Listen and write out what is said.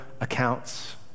accounts